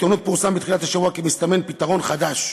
בעיתונות פורסם בתחילת השבוע כי מסתמן פתרון חדש,